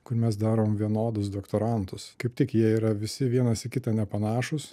kur mes darom vienodus doktorantus kaip tik jie yra visi vienas į kitą nepanašūs